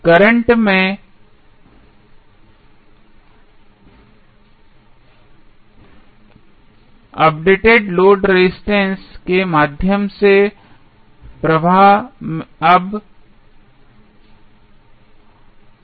current में updated load resistances के माध्यम से प्रवाह अब है